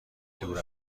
دور